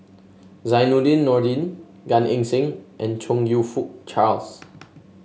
Zainudin Nordin Gan Eng Seng and Chong You Fook Charles